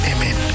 Amen